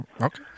Okay